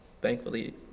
thankfully